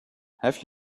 have